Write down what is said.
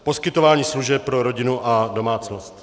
Poskytování služeb pro rodinu a domácnost.